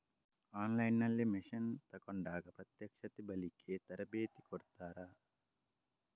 On line ನಲ್ಲಿ machine ತೆಕೋಂಡಾಗ ಪ್ರತ್ಯಕ್ಷತೆ, ಬಳಿಕೆ, ತರಬೇತಿ ಕೊಡ್ತಾರ?